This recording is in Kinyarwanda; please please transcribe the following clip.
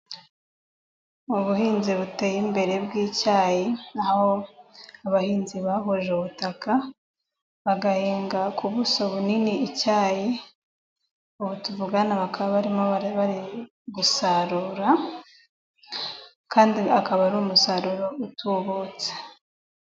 Ubuhinzi buteye imbere bw'icyayi, n'aho abahinzi bahuje ubutaka, bagahinga ku buso bunini icyayi, ubu tuvugana bakaba barimo bari gusarura ,kandi akaba ari umusaruro utubutse.